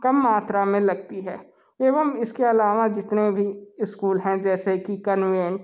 कम मात्रा में लगती है एवं इसके अलावा जितने भी स्कूल हैं जैसे कि कन्वेंट